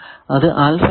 അത് ആണ്